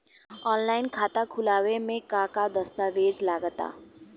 Online खाता खूलावे म का का दस्तावेज लगा ता?